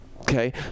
Okay